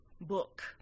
book